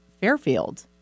Fairfield